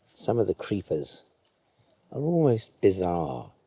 some of the creepers are almost bizarre